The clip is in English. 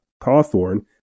Cawthorn